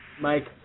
Mike